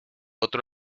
otro